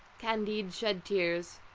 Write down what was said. candide shed tears.